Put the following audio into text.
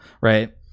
right